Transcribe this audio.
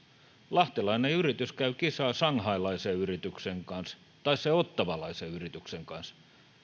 lahtelainen yritys käy kisaa shanghailaisen yrityksen kanssa tai sen ottawalaisen yrityksen kanssa